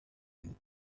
and